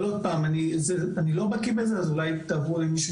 אבל אני לא בקיא בזה אז אולי תעברו למישהו